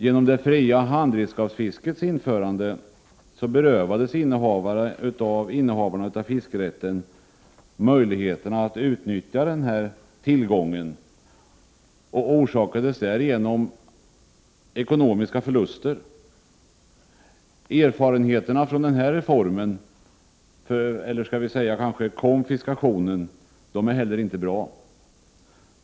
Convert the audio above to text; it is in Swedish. Genom det fria handredskapsfiskets införande berövades innehavarna av fiskerätten möjligheterna att utnyttja denna tillgång och orsakades därigenom ekonomiska förluster. Erfarenheterna av den reformen -— eller skall vi kanske kalla det konfiskationen? — är heller inte bra.